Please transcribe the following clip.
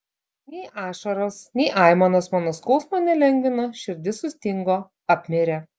nei ašaros nei aimanos mano skausmo nelengvino širdis sustingo apmirė